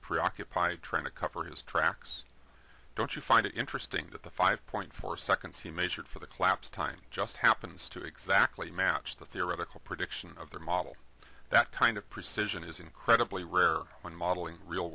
preoccupied trying to cover his tracks don't you find it interesting that the five point four seconds he measured for the collapse time just happens to exactly match the theoretical prediction of their model that kind of precision is incredibly rare when modeling real